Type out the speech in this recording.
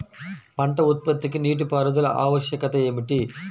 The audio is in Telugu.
పంట ఉత్పత్తికి నీటిపారుదల ఆవశ్యకత ఏమిటీ?